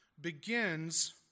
begins